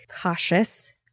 cautious